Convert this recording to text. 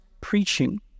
preaching